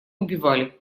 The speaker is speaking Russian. убивали